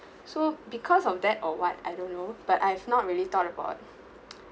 so because of that or what I don't know but I've not really thought about